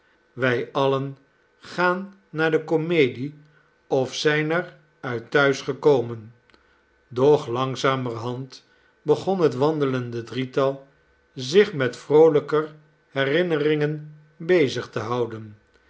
wij alien gaan naar de komedie of zijn er uit thuis gekomen doch langzamerhand begon het wandelende drietal zich met vroolijker herinneringen bezig te houden